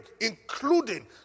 Including